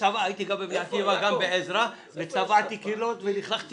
הייתי גם בבני עקיבא וגם בעזרא וצבעתי קירות ולכלכתי